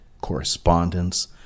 correspondence